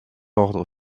ordre